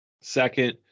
Second